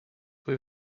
were